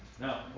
now